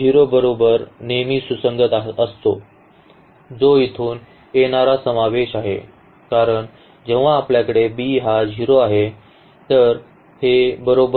0 बरोबर नेहमीच सुसंगत असतो जो इथून येणारा समावेश आहे कारण जेव्हा आपल्याकडे b हा 0 आहे तर हे बरोबर आहे